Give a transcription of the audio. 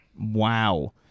Wow